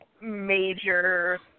major